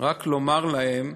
רק לומר להם,